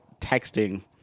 texting